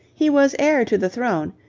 he was heir to the throne,